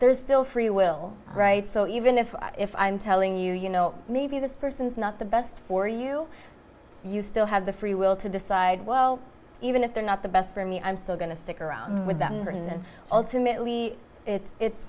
there's still free will right so even if if i'm telling you you know maybe this person is not the best for you you still have the free will to decide well even if they're not the best for me i'm still going to stick around with them as and ultimately it's